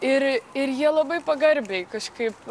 ir ir jie labai pagarbiai kažkaip